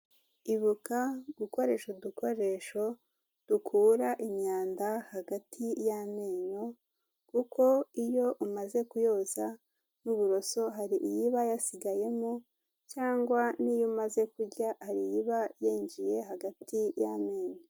Ibuka gukoresha udukoresho dukura imyanda hagati y'amenyo . Kuko iyo umaze kuyoza n'uburoso hari iba yasigayemo . Cyangwa n'iyo umaze kurya hari iba yinjiye hagati y'amenyo.